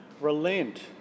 Relent